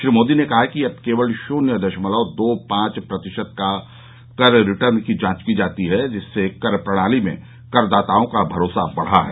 श्री मोदी ने कहा कि अब केवल शुन्य दशमलव दो पांच प्रतशित कर रिटर्न की जांच की जाती है जिससे कर प्रणाली में कर दाताओं का भरोसा बढ़ा है